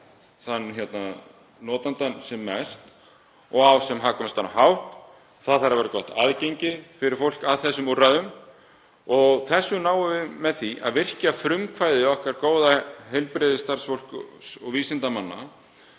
er þjónustaður sem best og á sem hagkvæmastan hátt og það þarf að vera gott aðgengi fyrir fólk að þessum úrræðum. Þessu náum við með því að virkja frumkvæði okkar góða heilbrigðisstarfsfólks og vísindamanna